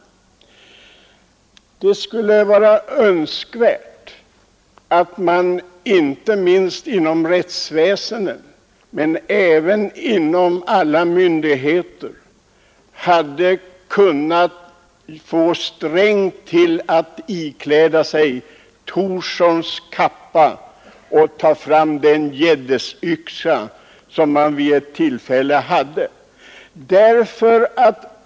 Det skulle ha varit önskvärt att man, inte minst inom rättsväsendet men även inom alla andra myndigheter, hade kunnat få statsrådet Sträng till att ikläda sig 1920-talets finansminister Thorssons kappa och ta fram den geddesyxa som han vid ett tillfälle använde.